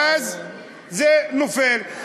ואז זה נופל.